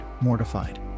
mortified